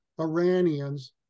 Iranians